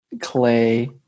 Clay